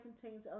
contains